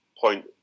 point